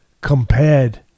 compared